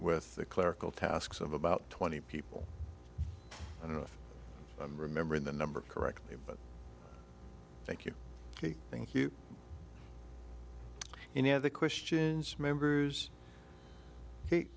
with the clerical tasks of about twenty people i don't know if i'm remembering the number correctly but thank you thank you you know the questions members